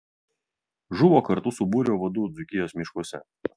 žuvo kartu su būrio vadu dzūkijos miškuose